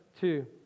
two